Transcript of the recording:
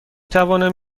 توانم